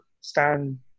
stand